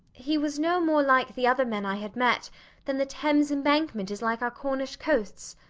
he was no more like the other men i had met than the thames embankment is like our cornish coasts.